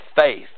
faith